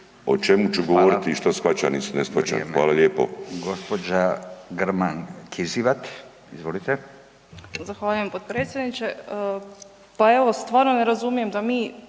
o čemu ću govoriti i što shvaćam i ne shvaćam. Hvala lijepo.